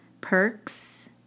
perks